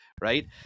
right